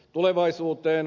tulevaisuuteen